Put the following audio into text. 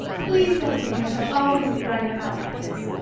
please don't think i shall always be running about like this.